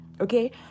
okay